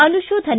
ಅನುಶೋಧನೆ